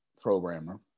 programmer